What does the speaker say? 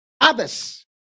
Others